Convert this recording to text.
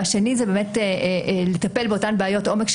והשני זה לטפל באותן בעיות עומק,